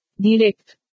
Direct